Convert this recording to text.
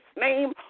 name